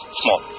small